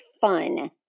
fun